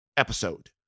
episode